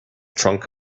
trunk